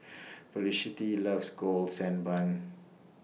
Felicity loves Golden Sand Bun